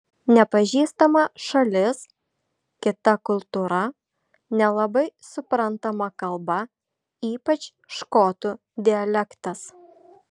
nepažįstama šalis kita kultūra nelabai suprantama kalba ypač škotų dialektas